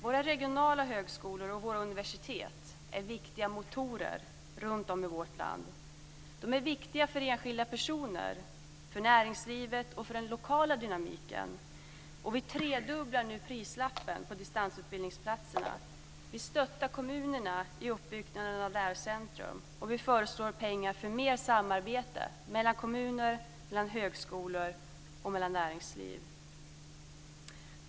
Våra regionala högskolor och våra universitet är viktiga motorer runtom i vårt land. De är viktiga för enskilda personer, näringslivet och för den lokala dynamiken. Vi tredubblar nu prislappen på distansutbildningsplatser. Vi stöttar kommunerna i uppbyggnaden av lärcentrum. Vi föreslår pengar för mer samarbete mellan kommuner, högskolor och näringsliv.